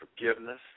forgiveness